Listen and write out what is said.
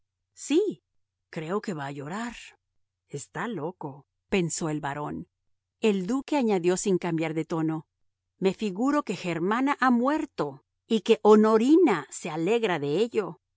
sí creo que va a llorar está loco pensó el barón el duque añadió sin cambiar de tono me figuro que germana ha muerto y que honorina se alegra de ello